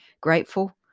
grateful